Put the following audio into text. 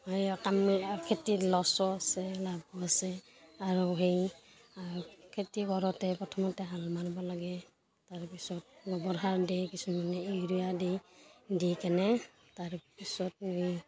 সেই কাম খেতিত লছো আছে লাভো আছে আৰু সেই খেতি কৰোঁতে প্ৰথমতে হাল মাৰিব লাগে তাৰপিছত গোবৰ সাৰ দেয় কিছুমানে ইউৰিয়া দেই দি কেনে তাৰপিছত এই